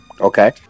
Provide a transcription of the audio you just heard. Okay